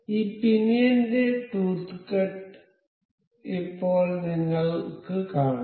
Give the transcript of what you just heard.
ഈ പിനിയന്റെ tooth cut ഇപ്പോൾ നിങ്ങൾക്ക് കാണാം